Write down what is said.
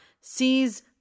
sees